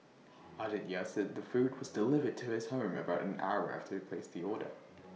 Aditya said the food was delivered to his home about an hour after he placed the order